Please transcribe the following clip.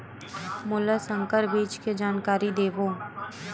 मोला संकर बीज के जानकारी देवो?